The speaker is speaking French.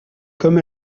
comme